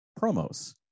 promos